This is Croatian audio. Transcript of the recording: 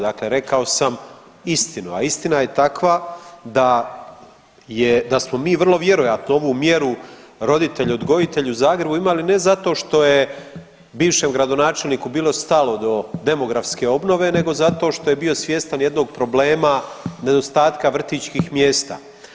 Dakle, rekao sam istina, a istina je takva da smo mi vrlo vjerojatno ovu mjeru „Roditelj-odgojitelj“ u Zagrebu imali ne zato što je bivšem gradonačelniku bilo stalo do demografske obnove nego zato što je bio svjestan jednog problema nedostatka vrtićkih mjesta.